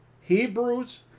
Hebrews